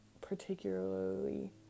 particularly